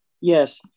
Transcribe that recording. Yes